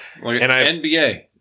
NBA